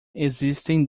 existem